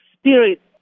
spirit